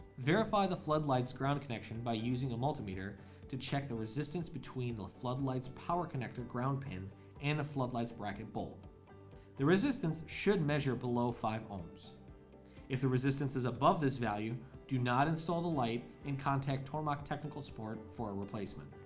verify the floodlights ground connection by using a multimeter to check the resistance between the floodlights power connector ground panel and a floodlights bracket bulb the resistance should measure below five ohms if the resistance is above this value do not install the light and contact tormach technical support for a replacement